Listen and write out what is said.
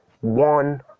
one